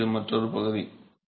எனவே இது மற்றொரு பகுதி